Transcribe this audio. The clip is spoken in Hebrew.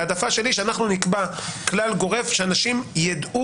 ההעדפה שלי היא שאנחנו נקבע כלל גורף שאנשים ידעו